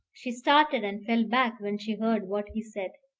she started and fell back when she heard what he said,